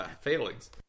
failings